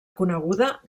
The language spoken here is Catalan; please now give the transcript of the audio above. coneguda